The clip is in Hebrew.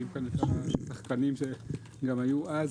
רואים כאן את השחקנים שהיו גם אז.